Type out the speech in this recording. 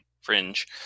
Fringe